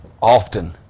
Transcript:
often